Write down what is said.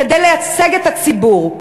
כדי לייצג את הציבור.